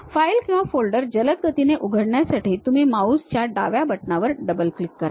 file किंवा folder जलद गतीने उघडण्यासाठी तुम्ही माउस च्या डाव्या बटण वर डबल क्लिक करा